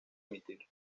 emitir